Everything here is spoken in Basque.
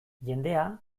jendea